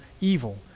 evil